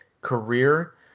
career